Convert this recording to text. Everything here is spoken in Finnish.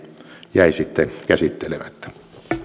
jäi sitten käsittelemättä